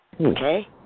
Okay